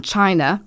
China